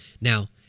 Now